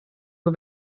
nur